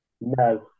No